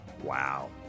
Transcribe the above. Wow